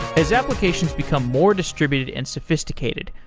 as applications become more distributed and sophisticated,